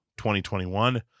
2021